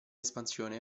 espansione